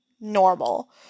normal